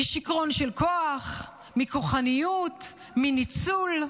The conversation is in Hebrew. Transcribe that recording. משיכרון של כוח, מכוחניות, מניצול.